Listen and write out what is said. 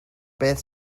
beth